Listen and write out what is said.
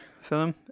film